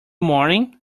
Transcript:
morning